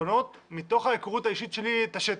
פתרונות מתוך ההיכרות האישית שלי את השטח,